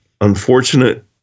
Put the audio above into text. unfortunate